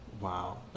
Wow